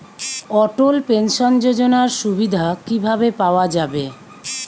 অটল pension যোজনার সুবিধা কি ভাবে পাওয়া যাবে?